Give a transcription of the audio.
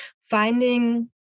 finding